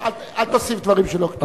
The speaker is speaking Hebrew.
לא, אל תוסיף דברים שלא כתובים.